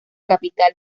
capital